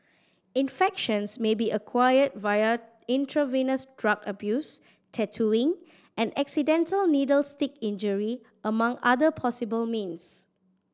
infections may be acquired via intravenous drug abuse tattooing and accidental needle stick injury among other possible means